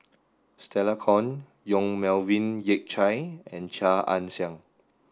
Stella Kon Yong Melvin Yik Chye and Chia Ann Siang